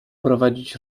prowadzić